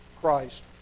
Christ